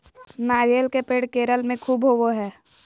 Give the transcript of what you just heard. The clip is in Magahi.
नारियल के पेड़ केरल में ख़ूब होवो हय